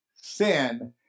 sin